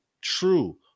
True